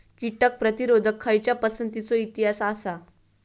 कीटक प्रतिरोधक खयच्या पसंतीचो इतिहास आसा?